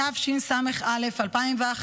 התשס"א 2001,